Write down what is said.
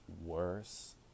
worse